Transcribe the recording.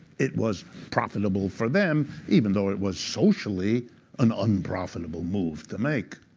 it was profitable for them, even though it was socially an unprofitable move to make.